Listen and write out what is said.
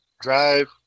drive